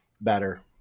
better